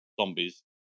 zombies